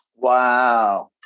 Wow